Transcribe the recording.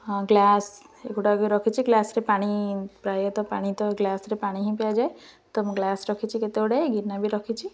ହଁ ଗ୍ଲାସ୍ ଏଗୁଡ଼ାକ ରଖିଛି ଗ୍ଲାସ୍ରେ ପାଣି ପ୍ରାୟତଃ ପାଣି ତ ଗ୍ଲାସ୍ରେ ପାଣି ହିଁ ପିଆଯାଏ ତ ମୁଁ ଗ୍ଲାସ୍ ରଖି କେତେ ଗୁଡ଼ାଏ ଗିନା ବି ରଖିଛି